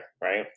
right